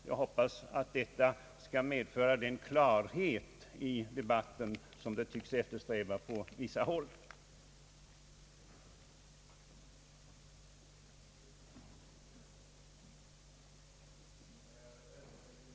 Jag hoppas att det skall medföra den klarhet i debatten som man tycks eftersträva på vissa håll. av speciella trafikhaverikommissioner, i syfte att åstadkomma vidgad konkret kunskap om de faktorer, som bidroge till uppkomsten av särskilt svåra trafikolyckor på våra gator och vägar.